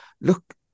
look